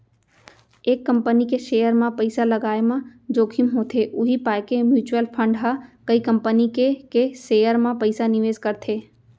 एक कंपनी के सेयर म पइसा लगाय म जोखिम होथे उही पाय के म्युचुअल फंड ह कई कंपनी के के सेयर म पइसा निवेस करथे